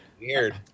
weird